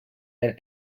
and